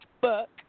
book